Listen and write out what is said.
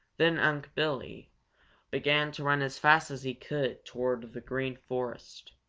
then unc' billy began to run as fast as he could toward the green forest.